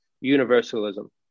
universalism